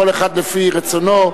כל אחד לפי רצונו.